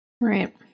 right